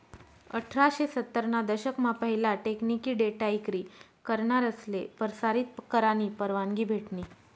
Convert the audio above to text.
अठराशे सत्तर ना दशक मा पहिला टेकनिकी डेटा इक्री करनासले परसारीत करानी परवानगी भेटनी